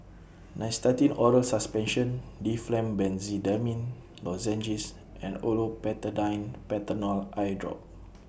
Nystatin Oral Suspension Difflam Benzydamine Lozenges and Olopatadine Patanol Eyedrop